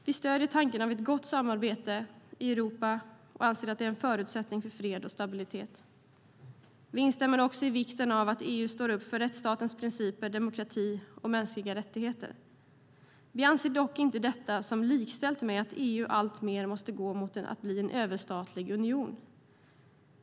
Vi stöder tanken på ett gott samarbete i Europa och anser att det är en förutsättning för fred och stabilitet. Vi instämmer också i vikten av att EU står upp för rättsstatens principer, demokrati och mänskliga rättigheter. Vi ser dock inte detta som likställt med att EU alltmer måste gå mot att bli en överstatlig union.